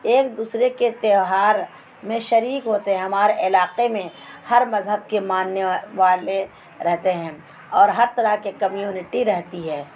ایک دوسرے کے تیوہار میں شریک ہوتے ہیں ہمارے علاقے میں ہر مذہب کے ماننے والے رہتے ہیں اور ہر طرح کے کمیونٹی رہتی ہے